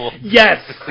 yes